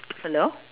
hello